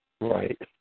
Right